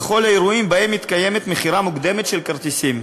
בכל האירועים שבהם מתקיימת מכירה מוקדמת של כרטיסים.